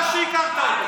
שכחתי לדבר על,